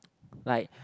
like